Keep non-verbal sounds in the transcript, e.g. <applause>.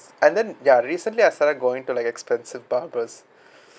and then ya recently I started going to like expensive barbers <breath>